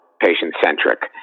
patient-centric